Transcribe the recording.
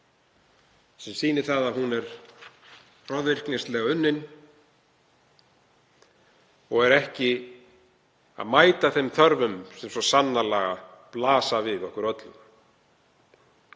sem sýnir að hún er hroðvirknislega unnin og mætir ekki þeim þörfum sem svo sannarlega blasa við okkur öllum.